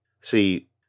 See